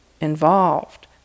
involved